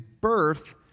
birth